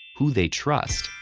who they trust,